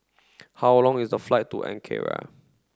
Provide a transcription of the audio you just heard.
how long is the flight to Ankara